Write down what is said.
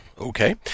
Okay